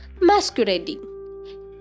masquerading